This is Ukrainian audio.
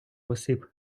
осіб